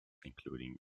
included